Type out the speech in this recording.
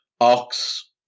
Ox